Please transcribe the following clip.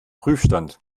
prüfstand